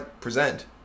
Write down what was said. present